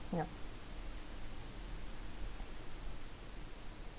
yup